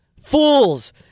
Fools